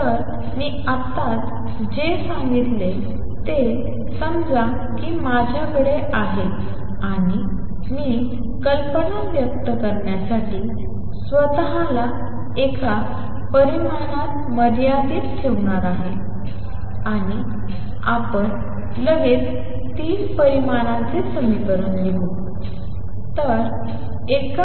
तर मी आत्ताच जे सांगितले ते समजा की माझ्याकडे आहे आणि मी कल्पना व्यक्त करण्यासाठी स्वत ला एका परिमाणात मर्यादित ठेवणार आहे आणि आपण लगेच 3 परिमाणांचे समीकरण लिहू